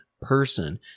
person